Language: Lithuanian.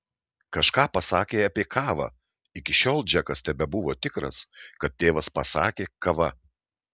kažką pasakė apie kavą iki šiol džekas tebebuvo tikras kad tėvas pasakė kava